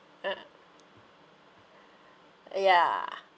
ah yeah